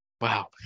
Wow